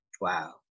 Wow